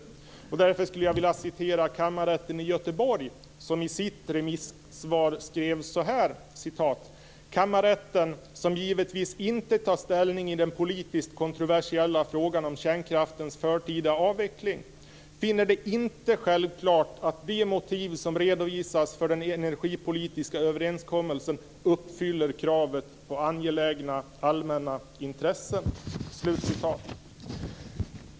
Jag vill därför ta med vad Kammarrätten i Göteborg sade i sitt remissvar, nämligen att Kammarrätten givetvis inte tar ställning i den politiskt kontroversiella frågan om kärnkraftens förtida avveckling, men finner det inte självklart att de motiv som redovisas för den energipolitiska överenskommelsen uppfyller kravet på angelägna allmänna intressen.